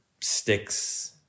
sticks